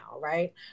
right